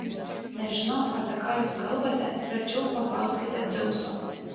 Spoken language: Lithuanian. nežinau apie ką jūs kalbate verčiau paklauskite dzeuso